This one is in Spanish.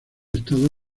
estado